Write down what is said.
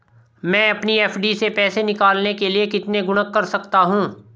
मैं अपनी एफ.डी से पैसे निकालने के लिए कितने गुणक कर सकता हूँ?